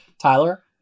Tyler